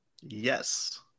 Yes